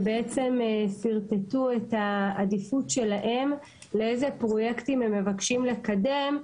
הם בעצם שרטטו את העדיפות שלהם לאילו פרויקטים הם מבקשים לקדם,